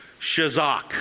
Shazak